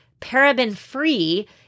paraben-free